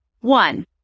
One